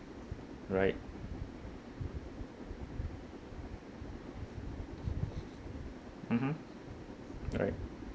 right mmhmm right